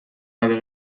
gabe